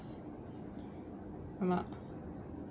ஆனா:aanaa